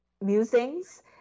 musings